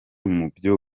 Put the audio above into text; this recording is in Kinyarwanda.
mubyo